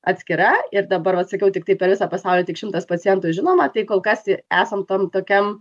atskira ir dabar vat sakiau tiktai per visą pasaulį tik šimtas pacientų žinoma tai kol kas esam tam tokiam